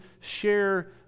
share